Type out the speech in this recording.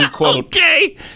Okay